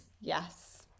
Yes